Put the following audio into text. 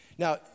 Now